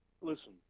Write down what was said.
listen